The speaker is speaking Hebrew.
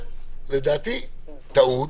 לדעתי זו טעות